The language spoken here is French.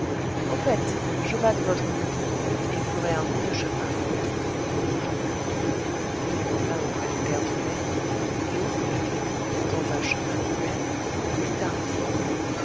au fait je vas de votre côté et ferai un bout de chemin avec vous il monta auprès du père brulet et au bout d'une lieue dans un chemin couvert il fit arrêter